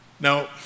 Now